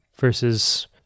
versus